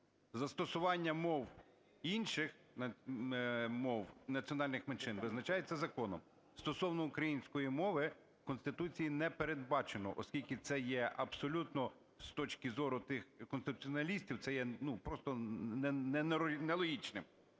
Застосування мов інших мов національних меншин визначається законом." Стосовно української мови Конституцією не передбачено, оскільки це є абсолютно, з точки зору тих конституціоналістів, це є, ну, просто нелогічним.